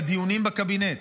לדיונים בקבינט.